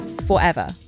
forever